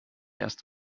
erst